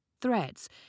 Threats